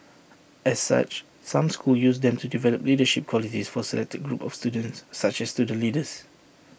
as such some schools use them to develop leadership qualities for selected groups of students such as student leaders